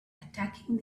attacking